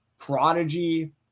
Prodigy